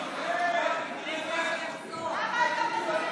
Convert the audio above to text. אני מבקש לשמור על שקט,